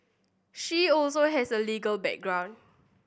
she also has a legal background